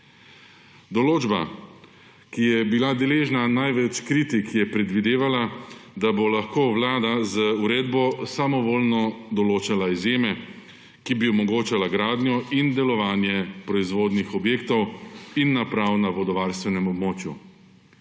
Določba, ki je bila deležna največ kritik, je predvidevala, da bo lahko Vlada z uredbo samovoljno določala izjeme, ki bi omogočala gradnjo in delovanje proizvodnih objektov in prav na vodovarstvenem območju.